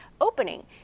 opening